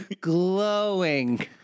glowing